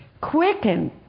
Quicken